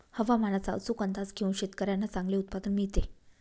हवामानाचा अचूक अंदाज घेऊन शेतकाऱ्यांना चांगले उत्पादन मिळते